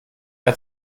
hat